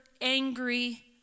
angry